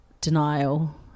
denial